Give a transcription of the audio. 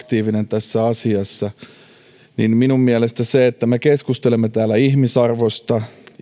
tässä asiassa niin minun mielestäni kun me keskustelemme täällä ihmisarvosta